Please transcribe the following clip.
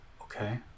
Okay